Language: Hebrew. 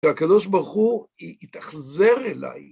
שהקדוש ברוך הוא התאכזר אליי.